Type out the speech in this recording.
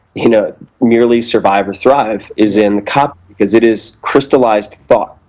you know merely survive or thrive, is in copy because it is crystallized thought.